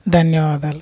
ధన్యవాదాలు